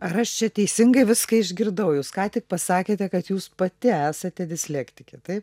ar aš čia teisingai viską išgirdau jūs ką tik pasakėte kad jūs pati esate dislektikė taip